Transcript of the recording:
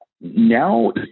Now